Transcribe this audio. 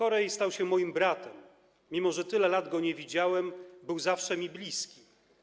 Coray stał się moim bratem, mimo że tyle lat go nie widziałem, był zawsze mi bliski.